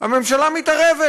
הממשלה מתערבת